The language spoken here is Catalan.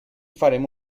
farem